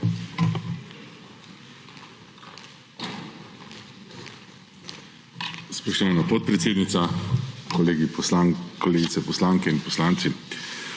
Spoštovana podpredsednica, kolegice poslanke in poslanci.